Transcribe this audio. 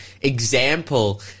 example